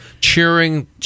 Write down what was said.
cheering